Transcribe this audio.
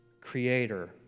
Creator